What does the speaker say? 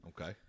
okay